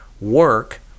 Work